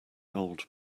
old